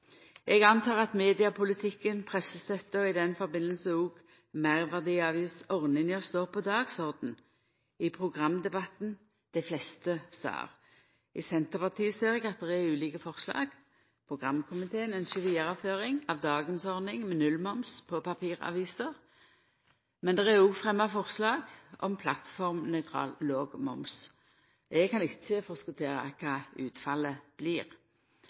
og pressestøtta – og i samband med ho òg meirverdiavgiftsordninga – står på dagsordenen i programdebatten dei fleste stader. I Senterpartiet ser eg at det er ulike forslag. Programkomiteen ynskjer vidareføring av dagens ordning med nullmoms på papiraviser, men det er òg fremja forslag om plattformnøytral, låg moms. Eg kan ikkje forskotera kva utfallet blir.